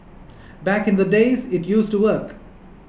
back in the days it used to work